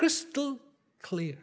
crystal clear